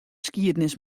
skiednis